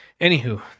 Anywho